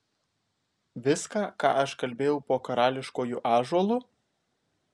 viską ką aš kalbėjau po karališkuoju ąžuolu